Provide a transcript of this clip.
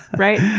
right?